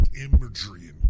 imagery